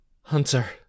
Hunter